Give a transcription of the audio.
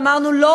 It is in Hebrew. ואמרנו: לא,